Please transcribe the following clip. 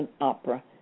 Opera